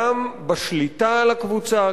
גם בשליטה על הקבוצה,